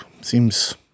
seems